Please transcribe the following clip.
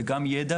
זה גם ידע,